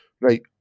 Right